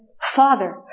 father